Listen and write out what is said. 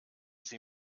sie